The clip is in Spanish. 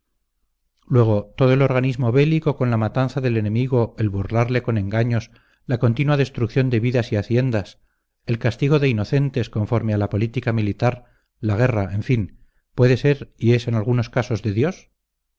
luego todo el organismo bélico con la matanza del enemigo el burlarle con engaños la continua destrucción de vidas y haciendas el castigo de inocentes conforme a la política militar la guerra en fin puede ser y es en algunos casos de dios